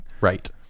Right